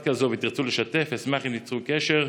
כזאת ותרצו לשתף אשמח אם תיצרו קשר.